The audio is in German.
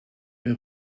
mehr